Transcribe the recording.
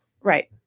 Right